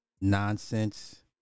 nonsense